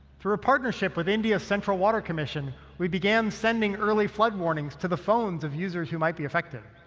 through a partnership with india's central water commission, we began sending early flood warnings to the phones of users who might be affected.